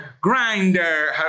grinder